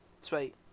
Sweet